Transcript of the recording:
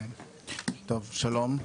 שלום.